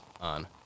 on